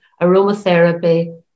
aromatherapy